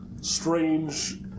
strange